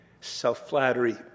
self-flattery